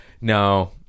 No